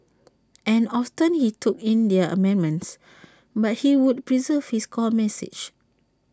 and often he took in their amendments but he would preserve his core message